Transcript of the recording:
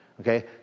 Okay